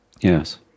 Yes